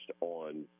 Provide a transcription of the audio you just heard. on